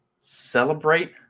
celebrate